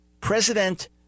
president